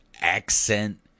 accent